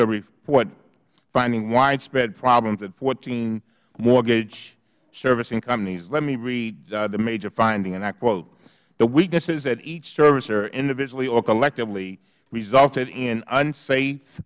report finding widespread problems at fourteen mortgage servicing companies let me read the major finding and i quote the weaknesses at each servicer individually or collectively resulted in unsafe